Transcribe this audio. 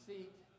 seat